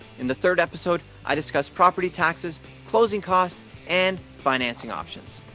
in the third episode i discuss property taxes closing costs and financing options.